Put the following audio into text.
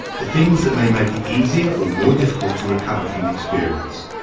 the things that may make it easier or more difficult to recover from the experience.